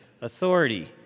authority